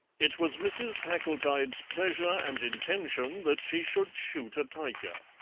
it was mrs. packletide's pleasure and intention that she should shoot a tiger.